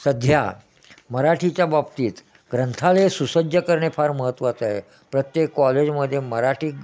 सध्या मराठीच्या बाबतीत ग्रंथालयं सुसज्ज करणे फार महत्त्वाचं आहे प्रत्येक कॉलेजमध्ये मराठी